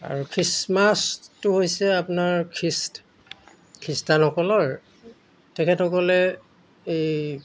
আৰু খ্ৰীষ্টমাছটো হৈছে আপোনাৰ খ্ৰীষ্ট খ্ৰীষ্টানসকলৰ তেখেতসকলে এই